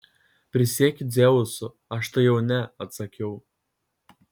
prisiekiu dzeusu aš tai jau ne atsakiau